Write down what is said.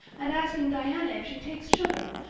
and asking diana if she takes sugar!